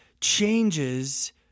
changes